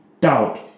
doubt